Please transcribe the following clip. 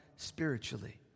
spiritually